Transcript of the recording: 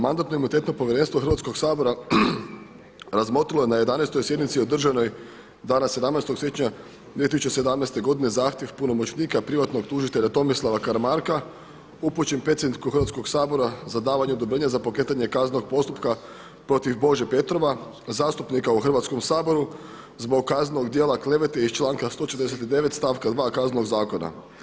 Mandatno-imunitetno povjerenstvo Hrvatskog sabora razmotrilo je na 11. sjednici održanoj dana 17. siječnja 2017. godine zahtjev punomoćnika privatnog tužitelja Tomislava Karamarka upućen predsjedniku Hrvatskog sabora za davanje odobrenja za pokretanje kaznenog postupka protiv Bože Petrova, zastupnika u Hrvatskom saboru zbog kaznenog djela klevete iz članka 149. stavka 2. Kaznenog zakona.